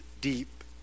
deep